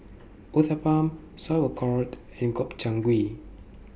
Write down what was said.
Uthapam Sauerkraut and Gobchang Gui